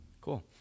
Cool